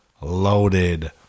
loaded